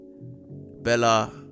Bella